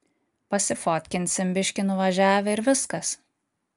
pasifotkinsim biškį nuvažiavę ir viskas